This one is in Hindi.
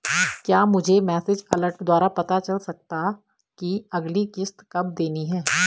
क्या मुझे मैसेज अलर्ट द्वारा पता चल सकता कि अगली किश्त कब देनी है?